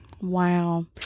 wow